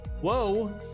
Whoa